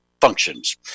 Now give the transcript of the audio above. functions